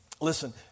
Listen